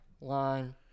line